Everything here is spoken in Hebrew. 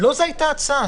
--- זו לא הייתה ההצעה.